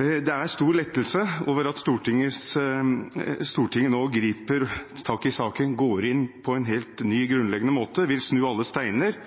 er en stor lettelse over at Stortinget nå griper tak i saken, går inn på en helt ny og grunnleggende måte, vil snu alle stener og